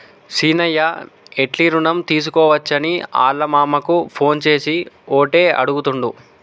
సీనయ్య ఎట్లి రుణం తీసుకోవచ్చని ఆళ్ళ మామకు ఫోన్ చేసి ఓటే అడుగుతాండు